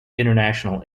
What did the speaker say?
international